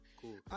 Cool